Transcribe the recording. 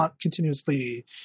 continuously